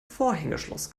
vorhängeschloss